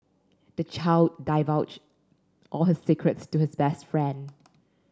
the child divulged all his secrets to his best friend